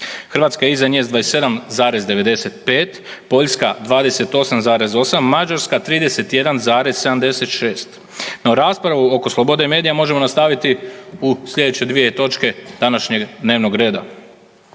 Hrvatska je iza nje s 27,95, Poljska 28,8, Mađarska 31,76 no raspravu oko slobode medija možemo nastaviti u sljedeće dvije točke današnjeg dnevnog reda.